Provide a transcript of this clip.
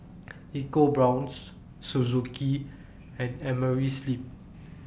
EcoBrown's Suzuki and Amerisleep